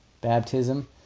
baptism